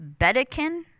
Bedekin